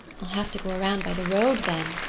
i'll have to go around by the road, then,